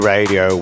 Radio